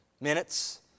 minutes